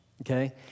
okay